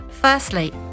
Firstly